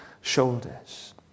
shoulders